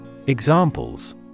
Examples